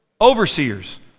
Overseers